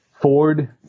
Ford